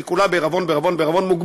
שכולה בעירבון מוגבל,